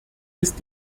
ist